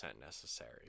necessary